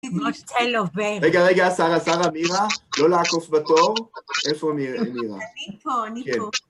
רגע, רגע, שרה, שרה, מירה? לא לעקוף בתור? איפה מירה? אני פה, אני פה